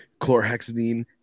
chlorhexidine